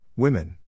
Women